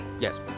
Yes